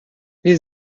wir